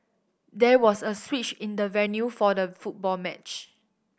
there was a switch in the venue for the football match